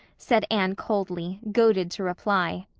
said anne coldly, goaded to reply.